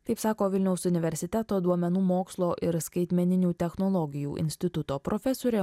taip sako vilniaus universiteto duomenų mokslo ir skaitmeninių technologijų instituto profesorė